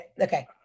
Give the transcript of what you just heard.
Okay